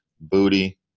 Booty